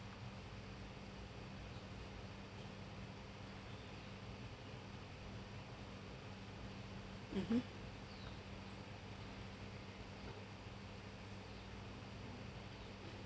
mmhmm